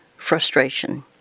Frustration